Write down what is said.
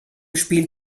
spielt